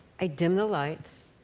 i dim the lights,